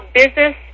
business